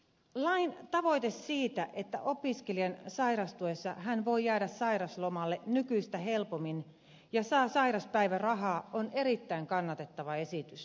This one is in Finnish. lain tavoite siitä että opiskelijan sairastuessa hän voi jäädä sairauslomalle nykyistä helpommin ja saa sairauspäivärahaa on erittäin kannatettava esitys